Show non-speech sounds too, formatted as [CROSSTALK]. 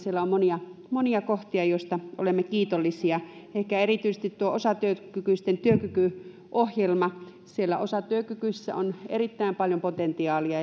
siellä on monia monia kohtia joista olemme kiitollisia ehkä erityisesti tuo osatyökykyisten työkykyohjelma siellä osatyökykyisissä on erittäin paljon potentiaalia [UNINTELLIGIBLE]